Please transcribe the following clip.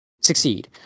succeed